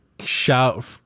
shout